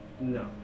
No